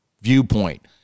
viewpoint